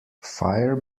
fire